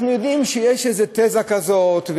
אנחנו יודעים שיש איזה תזה כזאת,